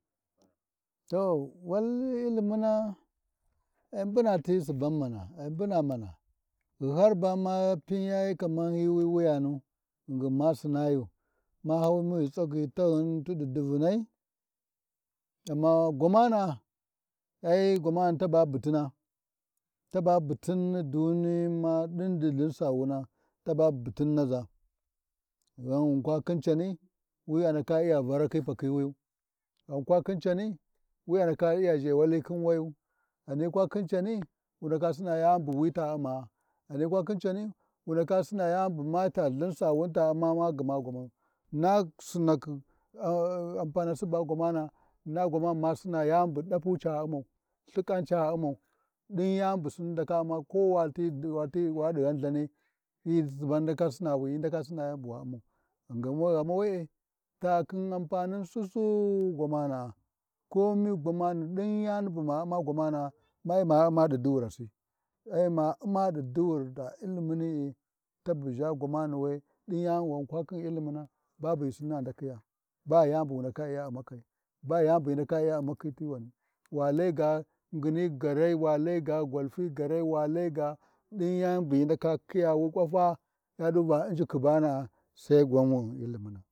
To wal Ilimina, ai mbuna ti suban mana, ai mbunau, ai mbuna mana, ghi har bama puriyayi wa hyi, wuyanu, ghingin ma Sinaa yu, ma hawimu ghi tsagyi taghin ti divunai, amma gwamana’a, ai gwamani taba butina, taba butin ni duniyi ma ɗin ɗi Lthin swuna taba butin naʒa, ghan kwa khin cani, wi andaka iya varakhi pakhi wuyu, gtan kwa khin wayu, ghani kwa khin cani, Wundaka sina yani bu wi ta Umaa, ghani kwa khin cani, wundaka Sina ma yani bu Lthin sawun ta Umma gma gwamu, na Sinakhi ampanasi ei-ei gwamanaa, na gwamani ma sina yani bu ɗafu ca Umau, Lthikan ca Umau, ɗin yani bu sinni ndaka Ummau, ko wati, wa-wa wa ɗighan Lthanai hyi suban hyi ndaka sina yani buwa Ummau, ghingin we, ghani we-e ta khin ampanin Suss, gwamana’a ko kowi gwamana, ɗin yani bu ma Umma gwamana mei mai ma Umma ɗi durasi, ai ma Ummaɗi duri ta ilimuni? Tabu ʒha gwamani we ɗin yani ghan kwa khin ilimuna, babu ghi Sinni andakhiya, bayani bu wu ndaka Iya Ummukai bayani bu hyi ndaka iya Ummakhi ti wani, wa Laiga ngini garai, wa Laiga gwalfi gaari, walai ga gwalfi gaari, wa lai ga ɗin yani bu hyi ndaka khiyawu ƙwafa yaɗa va injikhi bana’a sai gwan wu u’nm iLimina.